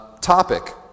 topic